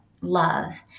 love